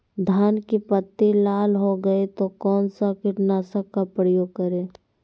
धान की पत्ती लाल हो गए तो कौन सा कीटनाशक का प्रयोग करें?